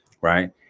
right